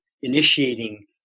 initiating